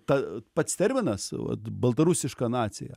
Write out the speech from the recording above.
ta pats terminas vat baltarusiška nacija